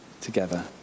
together